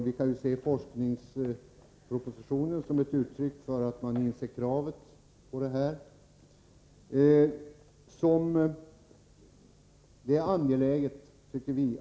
Vi kan också se forskningspropositionen som ett uttryck för att man är medveten om detta krav.